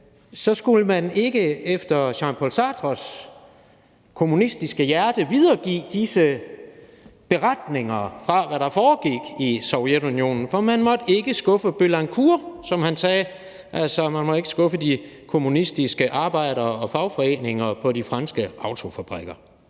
så skulle man ikke efter Jean-Paul Sartres kommunistiske hjerte videregive disse beretninger om, hvad der foregik i Sovjetunionen, for man måtte ikke skuffe Billancourt, som han sagde, altså man måtte ikke skuffe de kommunistiske arbejdere og fagforeninger på de franske autofabrikker.